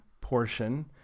portion